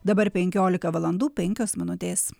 dabar penkiolika valandų penkios minutės